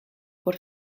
por